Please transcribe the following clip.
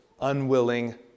unwilling